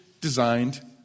designed